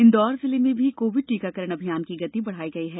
इंदौर जिले में भी कोविड टीकाकरण अभियान की गति बढ़ायी गयी है